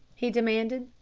he demanded.